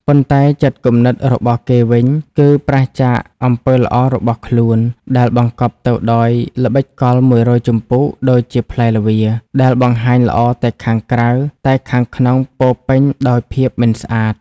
ប៉ុន្តែចិត្តគំនិតរបស់គេវិញ គឺប្រាសចាកអំពើល្អរបស់ខ្លួន ដែលបង្កប់ទៅដោយល្បិចកល១០០ជំពូកដូចជាផ្លែល្វា ដែលបង្ហាញល្អតែខាងក្រៅ តែខាងក្នុងពោពេញដោយភាពមិនស្អាត។